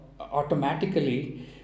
automatically